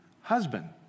husband